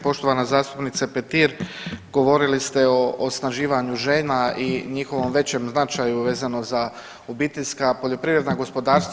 Poštovana zastupnice Petir, govorili ste o osnaživanju žena i njihovom većem značaju vezano za obiteljska poljoprivredna gospodarstva.